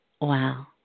Wow